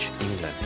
england